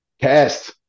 Cast